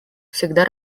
всегда